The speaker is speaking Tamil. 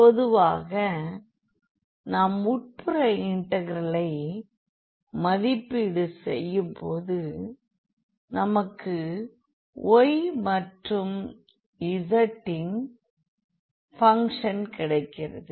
பொதுவாக நாம் உட்புற இன்டெக்ரலை மதிப்பீடு செய்யும் போது நமக்கு y மற்றும் z இன் பங்க்ஷன் கிடைக்கிறது